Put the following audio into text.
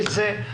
יש זה,